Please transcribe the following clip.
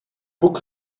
boek